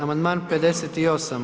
Amandman 58.